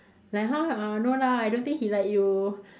then !huh! uh no lah I don't think he like you